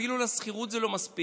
אפילו לשכירות זה לא מספיק.